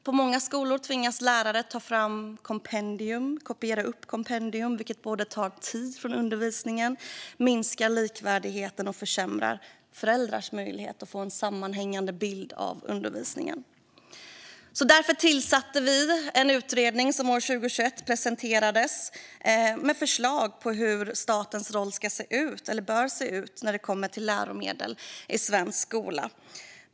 På många skolor tvingas lärare kopiera upp kompendier, vilket tar tid från undervisningen, minskar likvärdigheten och försämrar föräldrars möjlighet att få en sammanhängande bild av undervisningen. Därför tillsatte vi en utredning som år 2021 presenterades, med förslag om hur statens roll ska se ut när det kommer till läromedel i svensk skola.